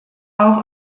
auch